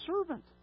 servant